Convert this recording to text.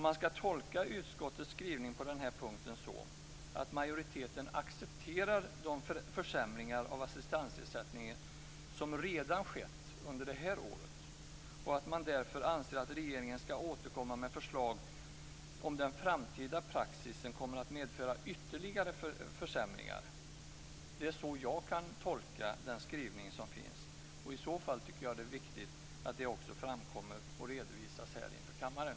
Skall man tolka utskottets skrivning på denna punkt så, att majoriteten accepterar de försämringar av assistansersättningen som redan skett under detta år och att man därför anser att regeringen skall återkomma med förslag om den framtida praxisen medför ytterligare försämringar? Det är så jag kan tolka den skrivning som finns. I så fall tycker jag att det är viktigt att det också framkommer och redovisas inför kammaren.